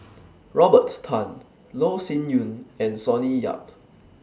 Robert Tan Loh Sin Yun and Sonny Yap